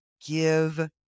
give